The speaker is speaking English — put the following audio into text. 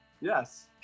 Yes